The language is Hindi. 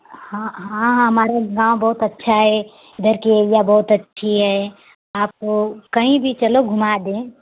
हाँ हाँ हमारे गाँव बहुत अच्छा है इधर के एरिया बहुत अच्छी है आप कहीं भी चलो घुमा दें